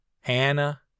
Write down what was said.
Hannah